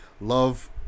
love